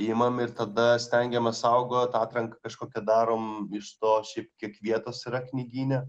imam ir tada stengiamės saugot atranką kažkokią darom iš to šiaip kiek vietos yra knygyne